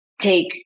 take